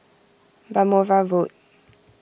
Balmoral Road